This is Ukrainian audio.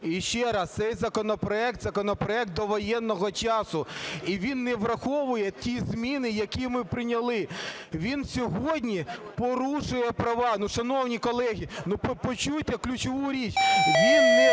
І ще раз, цей законопроект – законопроект довоєнного часу і він не враховує ті зміни, які ми прийняли. Він сьогодні порушує права, ну, шановні колеги, ну, почуйте ключову річ: він не захищає